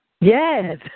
Yes